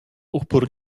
upór